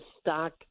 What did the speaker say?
stock